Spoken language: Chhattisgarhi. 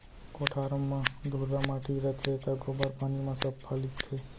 कोठार म धुर्रा माटी रथे त गोबर पानी म सफ्फा लीपथें